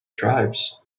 tribes